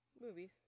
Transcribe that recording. Movies